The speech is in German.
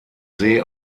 see